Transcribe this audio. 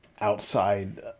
outside